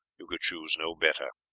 you could choose no better.